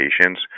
patients